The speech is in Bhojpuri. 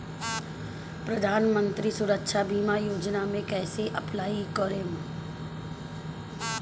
प्रधानमंत्री सुरक्षा बीमा योजना मे कैसे अप्लाई करेम?